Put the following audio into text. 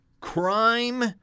crime